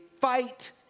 fight